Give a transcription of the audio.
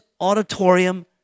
auditorium